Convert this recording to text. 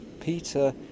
peter